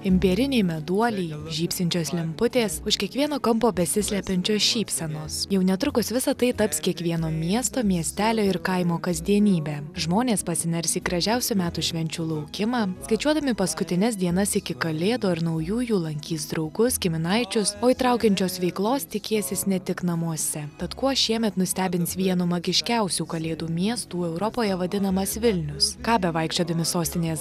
imbieriniai meduoliai žybsinčios lemputės už kiekvieno kampo besislepiančios šypsenos jau netrukus visa tai taps kiekvieno miesto miestelio ir kaimo kasdienybe žmonės pasiners į gražiausių metų švenčių laukimą skaičiuodami paskutines dienas iki kalėdų ar naujųjų lankys draugus giminaičius o įtraukiančios veiklos tikėsis ne tik namuose tad kuo šiemet nustebins vienu magiškiausių kalėdų miestų europoje vadinamas vilnius ką bevaikščiodami sostinės